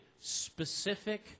specific